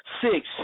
Six